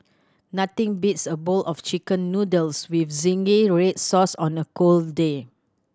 nothing beats a bowl of Chicken Noodles with zingy red sauce on a cold day